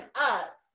up